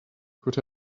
could